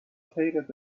خیرت